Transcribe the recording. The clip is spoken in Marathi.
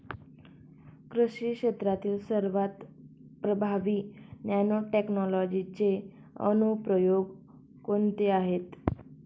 कृषी क्षेत्रातील सर्वात प्रभावी नॅनोटेक्नॉलॉजीचे अनुप्रयोग कोणते आहेत?